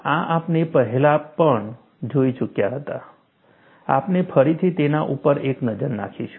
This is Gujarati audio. આ આપણે પહેલા પણ જોઈ ચૂક્યા હતા આપણે ફરીથી તેના ઉપર એક નજર નાખીશું